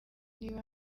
niba